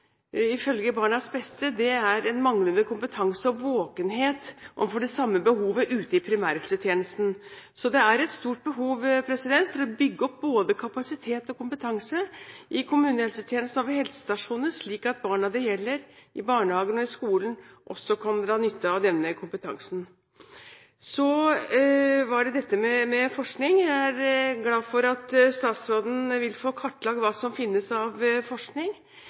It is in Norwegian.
ifølge BarnsBeste, en manglende kompetanse og våkenhet for dette behovet i primærhelsetjenesten. Så det er et stort behov for å bygge opp både kapasitet og kompetanse i kommunehelsetjenesten og ved helsestasjoner, slik at barna det gjelder – i barnehager og skoler – også kan dra nytte av denne kompetansen. Når det gjelder forskning, er jeg glad for at statsråden vil få kartlagt hva som finnes av forskning.